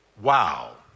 Wow